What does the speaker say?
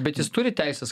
bet jis turi teises